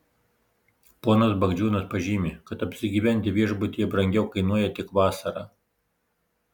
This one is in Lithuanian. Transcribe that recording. ponas bagdžiūnas pažymi kad apsigyventi viešbutyje brangiau kainuoja tik vasarą